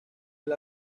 del